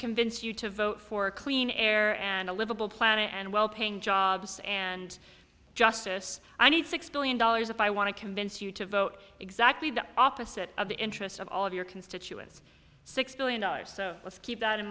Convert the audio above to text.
convince you to vote for clean air and a livable planet and well paying jobs and justice i need six billion dollars if i want to convince you to vote exactly the opposite of the interests of all of your constituents six billion dollars so let's keep that in